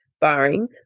barring